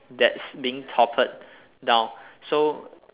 that's being toppled down so